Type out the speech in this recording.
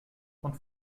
und